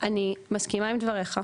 אני מסכימה עם דברייך,